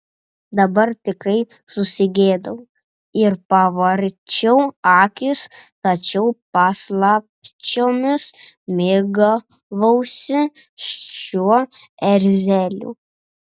dabar tikrai susigėdau ir pavarčiau akis tačiau paslapčiomis mėgavausi šiuo erzeliu